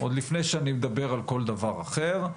עוד לפני שאני מדבר על כל דבר אחר,